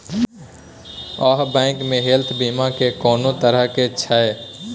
आहाँ बैंक मे हेल्थ बीमा के कोन तरह के छै?